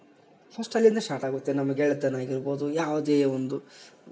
first ಅಲ್ಲಿಂದ start ಆಗುತ್ತೆ ನಮ್ಮ ಗೆಳೆತನ ಆಗಿರ್ಬೋದು ಯಾವುದೋ ಒಂದು